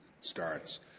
starts